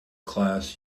class